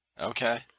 Okay